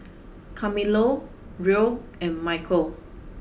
Carmelo Roe and Michale